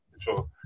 sure